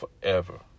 forever